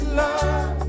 love